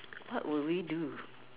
what would we do